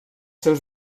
seus